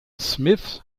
smith